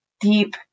deep